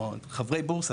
או חברי הבורסה,